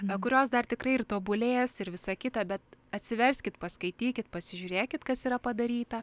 kurios dar tikrai ir tobulės ir visa kita bet atsiverskit paskaitykit pasižiūrėkit kas yra padaryta